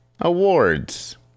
Awards